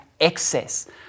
excess